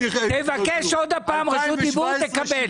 תבקש עוד פעם רשות דיבור ותקבל.